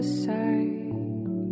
side